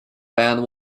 band